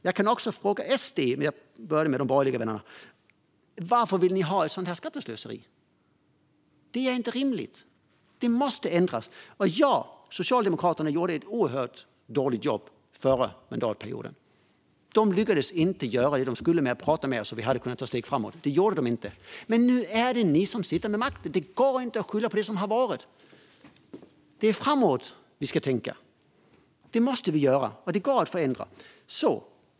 Jag kan också fråga SD - jag började med de borgerliga vännerna: Varför vill ni ha ett sådant här skatteslöseri? Det är inte rimligt! Det måste ändras. Socialdemokraterna gjorde ett oerhört dåligt jobb förra mandatperioden. De lyckades inte göra det de skulle. Jag pratade med dem, och vi hade kunnat ta steg framåt, men det gjorde de inte. Men nu är det ni som sitter vid makten. Det går inte att skylla på det som har varit. Det är framåt vi ska tänka. Det måste vi göra. Och det går att förändra.